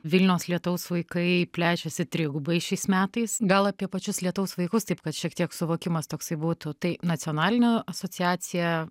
vilniaus lietaus vaikai plečiasi trigubai šiais metais gal apie pačius lietaus vaikus taip kad šiek tiek suvokimas toksai būtų tai nacionalinio asociacija